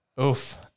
Oof